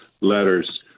letters